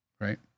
Right